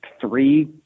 three